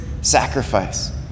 sacrifice